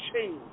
change